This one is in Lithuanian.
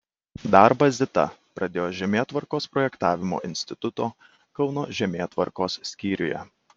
darbą zita pradėjo žemėtvarkos projektavimo instituto kauno žemėtvarkos skyriuje